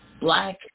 Black